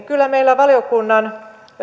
kyllä meillä valiokunnan